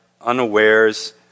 unawares